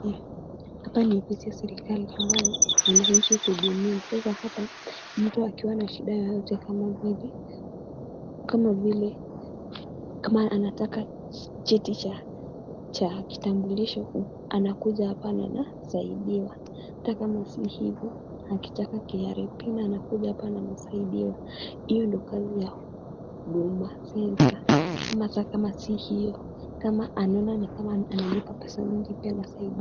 Hapa ni ofisi ya serikali ambayo wananchi huudumiwa. Sasa hapa mtu akiwa na shida yoyote kama vile- kama anataka cheti cha kitambulisho anakuja hapa na anasaidiwa. Hata kama si hivo akitaka KRA pin anakuja anasaidiwa. Hiyo ndiyo kazi ya Huduma Centre ama hata kama si hiyo kama anaona analia pesa mingi anasaidiwa.